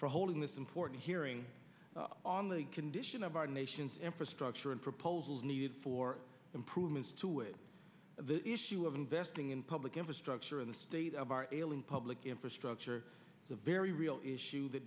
for holding this important hearing on the condition of our nation's infrastructure and proposals needed for improvements to it the issue of investing in public infrastructure in the state of our ailing public infrastructure the very real issue th